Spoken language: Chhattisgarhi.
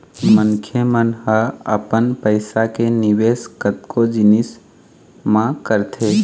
मनखे मन ह अपन पइसा के निवेश कतको जिनिस म करथे